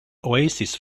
oasis